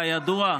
כידוע,